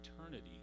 Eternity